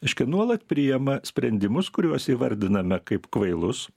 reiškia nuolat priima sprendimus kuriuos įvardiname kaip kvailus